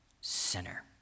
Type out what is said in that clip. sinner